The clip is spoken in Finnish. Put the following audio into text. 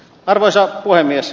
arvoisa puhemies